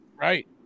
Right